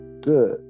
good